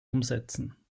umsetzen